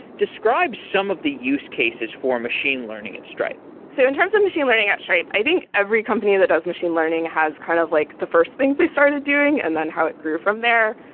describe some of the use cases for machine learning at stripe so in terms of um machine learning at stripe, i think every company that does machine learning has kind of like the first thing they started doing and then how it grew from there.